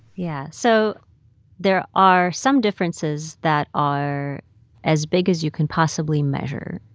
yeah. so there are some differences that are as big as you can possibly measure.